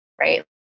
Right